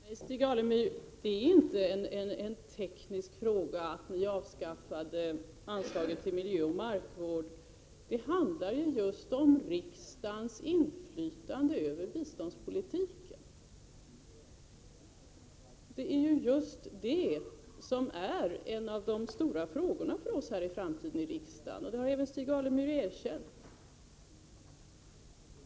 Herr talman! Nej, Stig Alemyr, det är inte en teknisk fråga att ni avskaffade anslaget till miljöoch markvård. Det handlar om riksdagens inflytande över biståndspolitiken. Att just det är en av de stora frågorna för oss i framtiden har även Stig Alemyr erkänt.